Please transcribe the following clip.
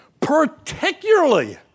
Particularly